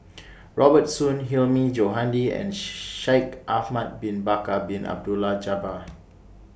Robert Soon Hilmi Johandi and Shaikh Ahmad Bin Bakar Bin Abdullah Jabbar